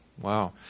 wow